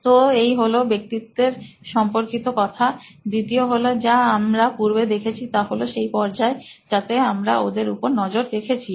তো এই হলো ব্যক্তিত্বের সম্পর্কি ত কথা দ্বিতীয় হলো যা আমরা পূর্বে দেখেছি তা হলো সেই পর্যায় যাতে আমরা ওদের উপর নজর রেখেছি